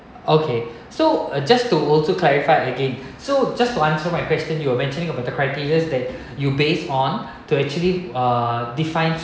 okay so uh just to also clarified again so just to answer my question you were mentioning about the criterias that you based on to actually uh defined